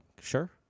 Sure